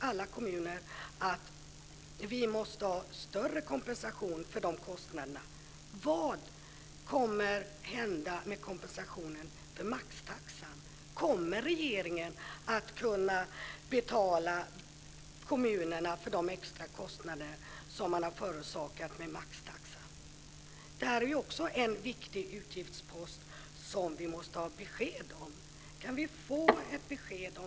Alla kommuner säger att de måste ha större kompensation för de kostnader som maxtaxan för med sig. Vad kommer att hända med kompensationen för maxtaxan? Kommer regeringen att kunna kompensera kommunerna för de extra kostnader som beslutet om maxtaxan har förorsakat? Det här är också en viktig utgiftspost som vi måste få besked om.